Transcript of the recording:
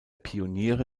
pioniere